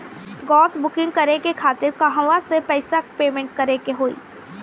Gas booking करे के खातिर कहवा से पैसा पेमेंट करे के होई?